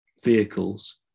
vehicles